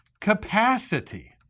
capacity